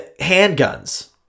handguns